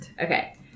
Okay